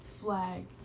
flag